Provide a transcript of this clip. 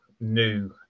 new